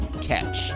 catch